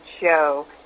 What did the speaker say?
show